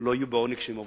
לא יהיו בעוני כשהם עובדים?